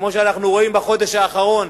כמו שאנחנו רואים בחודש האחרון,